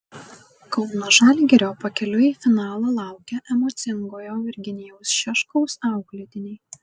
kauno žalgirio pakeliui į finalą laukia emocingojo virginijaus šeškaus auklėtiniai